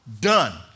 done